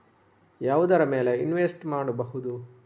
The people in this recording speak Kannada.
ಯಾವುದರ ಮೇಲೆ ಇನ್ವೆಸ್ಟ್ ಮಾಡಬಹುದು?